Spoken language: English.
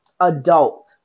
adult